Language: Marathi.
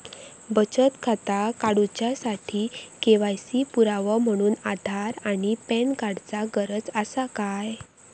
बचत खाता काडुच्या साठी के.वाय.सी पुरावो म्हणून आधार आणि पॅन कार्ड चा गरज आसा काय?